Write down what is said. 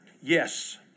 Yes